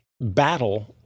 battle